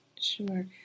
Sure